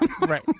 Right